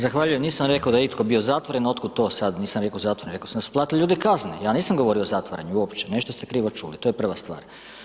Zahvaljujem, nisam rekao da je itko bio zatvoren, otkud to sad, nisam rekao zatvoren, rekao sam da su platili ljudi kazne, ja nisam govorio o zatvaranju uopće, nešto ste krivo čuli, to je prva stvar.